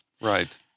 Right